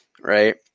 Right